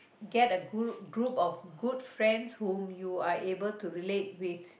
get a group of good whom you are able to relate with